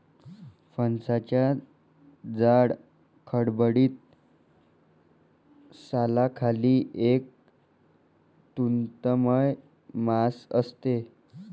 फणसाच्या जाड, खडबडीत सालाखाली एक तंतुमय मांस असते